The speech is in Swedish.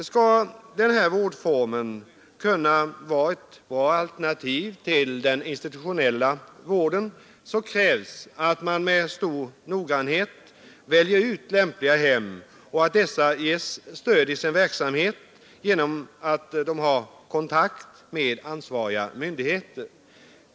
För att den här vårdformen skall kunna bli ett bra alternativ till den institutionella vården krävs att man med stor noggrannhet väljer ut lämpliga hem och att dessa får stöd i sin verksamhet genom att de har kontakt med de ansvariga myndigheterna.